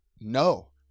No